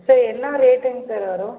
sir என்ன ரேட்டுங்க sir வரும்